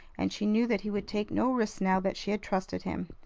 and she knew that he would take no risks now that she had trusted him.